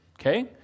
okay